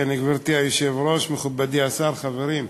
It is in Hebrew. גברתי היושבת-ראש, מכובדי השר, חברים,